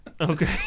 Okay